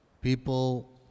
people